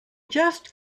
just